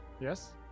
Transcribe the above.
Yes